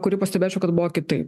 kurį pastebėčiau kad buvo kitaip